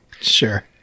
Sure